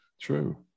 True